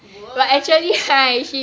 what